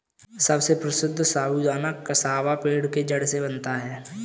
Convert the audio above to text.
सबसे प्रसिद्ध साबूदाना कसावा पेड़ के जड़ से बनता है